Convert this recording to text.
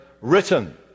written